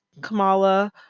Kamala